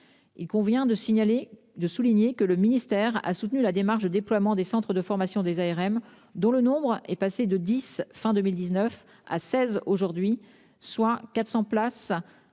Il convient de souligner que le ministère a soutenu la démarche de déploiement des centres de formation des ARM, dont le nombre est passé de dix à la fin de 2019 à seize aujourd'hui, soit 641 places